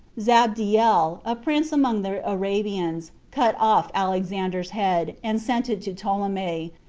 zabdiel, a prince among the arabians, cut off alexander's head, and sent it to ptolemy,